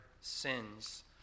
sins